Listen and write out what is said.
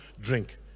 drink